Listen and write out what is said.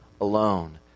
alone